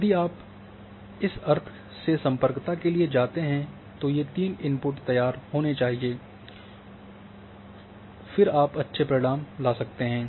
यदि आप इस अर्थ से सम्पर्कता के लिए जाते हैं कि ये तीन इनपुट तैयार होने चाहिए तो फिर आप अच्छे परिणाम ला सकते हैं